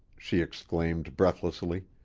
she exclaimed breathlessly.